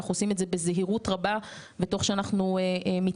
אנחנו עושים את זה בזהירות רבה ותוך שאנחנו מתנסים